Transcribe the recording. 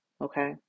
okay